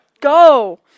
Go